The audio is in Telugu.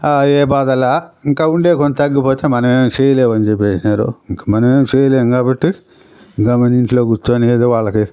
ఏ బాధ లేదు ఇంకా ఉండే కొద్దీ తగ్గిపోతే మనం ఏమి చెయ్యలేం అని చెప్పేసారు ఇంకా మనం ఏం చెయ్యలేం కాబట్టి గమ్మున ఇంట్లో కూర్చుని ఏదో వాళ్ళకి